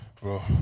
bro